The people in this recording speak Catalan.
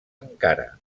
encara